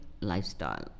lifestyle